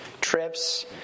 trips